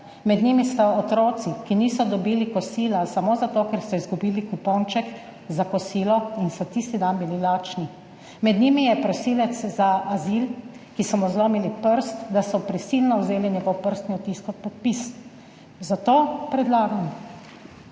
Med njimi so otroci, ki niso dobili kosila samo zato, ker so izgubili kuponček za kosilo, in so tisti dan bili lačni. Med njimi je prosilec za azil, ki so mu zlomili prst, da so prisilno vzeli njegov prstni odtis kot podpis. Zato predlagam,